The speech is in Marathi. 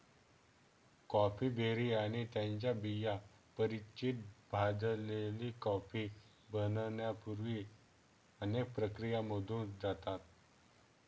कॉफी बेरी आणि त्यांच्या बिया परिचित भाजलेली कॉफी बनण्यापूर्वी अनेक प्रक्रियांमधून जातात